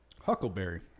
Huckleberry